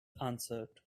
answered